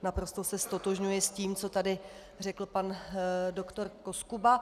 Naprosto se ztotožňuji s tím, co tady řekl pan dr. Koskuba.